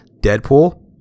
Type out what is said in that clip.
Deadpool